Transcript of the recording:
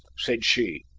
said she.